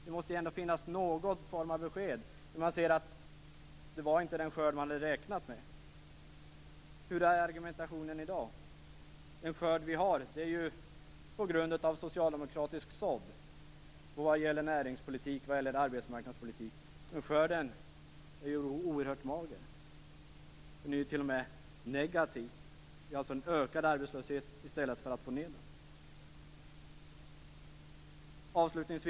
Det måste ändå finnas någon form av besked, när man ser att det inte blev den skörd man hade räknat med. Hurdan är argumentationen i dag? Den skörd vi har är på grund av en socialdemokratisk sådd vad gäller närings och arbetsmarknadspolitik. Skörden är oerhört mager. Den är t.o.m. negativ. Vi har alltså fått en ökad arbetslöshet i stället för att sänka den. Herr talman!